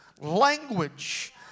language